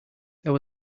there